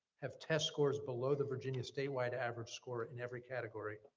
have test scores below the virginia statewide average score in every category,